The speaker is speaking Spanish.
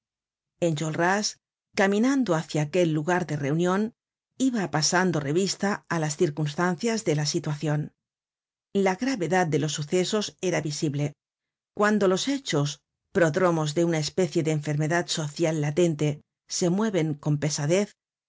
parís enjolras caminando hácia aquel lugar de reunion iba pasando revista á las circunstancias la de situacion la gravedad de los sucesos era visible cuando los hechos prodromos de una especie de enfermedad social latente se mueven con pesadez